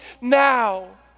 now